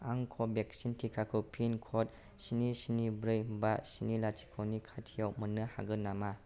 आं कवेक्सिन टिकाखौ pin code स्नि स्नि ब्रै बा स्नि लाथिख' नि खाथिआव मोन्नो हागोन नामा